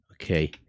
okay